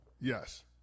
Yes